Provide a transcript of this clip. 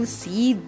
see